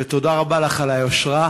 ותודה רבה לך על היושרה,